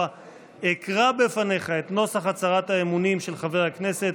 אקרא בפניך את נוסח הצהרת האמונים של חבר הכנסת,